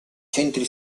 centri